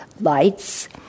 lights